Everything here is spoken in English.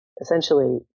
essentially